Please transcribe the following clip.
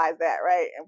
right